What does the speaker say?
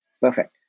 perfect